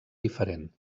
diferent